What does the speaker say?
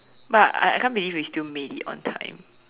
but I I can't believe we still made it on time